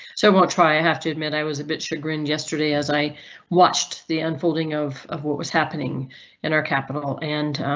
i won't try. i have to admit i was a bit chagrined yesterday as i watched the unfolding of of what was happening in our capital and